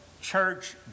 church